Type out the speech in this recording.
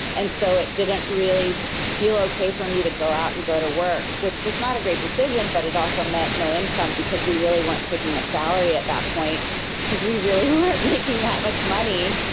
and so it didn't really feel okay for me to go out and go to work, which was not a great decision but it also meant no income, because we really weren't taking a salary at that point because we really weren't making that much money,